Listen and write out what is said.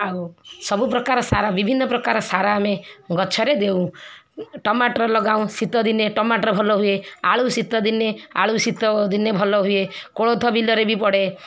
ଆଉ ସବୁ ପ୍ରକାର ସାର ବିଭିନ୍ନ ପ୍ରକାର ସାର ଆମେ ଗଛରେ ଦେଉ ଟୋମାଟୋ ଲଗାଉ ଶୀତ ଦିନେ ଟୋମାଟୋ ଭଲ ହୁଏ ଆଳୁ ଶୀତ ଦିନେ ଆଳୁ ଶୀତ ଦିନେ ଭଲ ହୁଏ କୋଳଥ ବିଲରେ ବି ପଡ଼େ